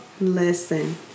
Listen